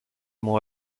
mots